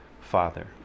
Father